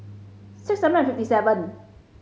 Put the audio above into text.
six hundred and fifty seven